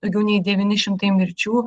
daugiau nei devyni šimtai mirčių